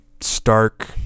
stark